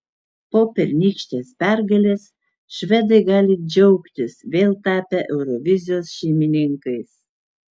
po pernykštės pergalės švedai gali džiaugtis vėl tapę eurovizijos šeimininkais